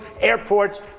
airports